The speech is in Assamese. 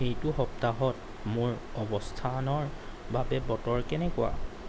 এইটো সপ্তাহত মোৰ অৱস্থানৰ বাবে বতৰ কেনেকুৱা